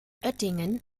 oettingen